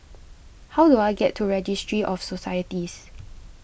how do I get to Registry of Societies